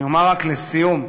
אני אומר רק, לסיום,